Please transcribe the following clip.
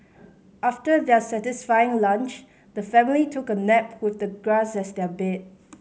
after their satisfying lunch the family took a nap with the grass as their bed